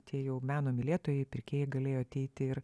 tie jau meno mylėtojai pirkėjai galėjo ateiti ir